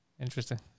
Interesting